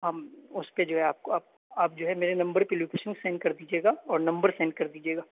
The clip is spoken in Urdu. ہم اس پہ جو ہے آپ جو ہے میرے نمبر پہ لوکیشن سینڈ کر دیجیے گا اور نمبر سینڈ کر دیجیے گا